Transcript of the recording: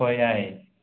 ꯍꯣꯏ ꯌꯥꯏꯌꯦ